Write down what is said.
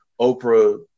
Oprah